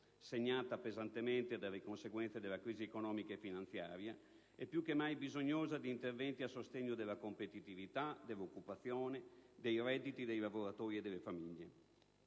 segnata pesantemente dalle conseguenze della crisi economica e finanziaria e più che mai bisognosa di interventi a sostegno della competitività, dell'occupazione, dei redditi dei lavoratori e delle famiglie.